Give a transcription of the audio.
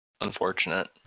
unfortunate